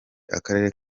akarere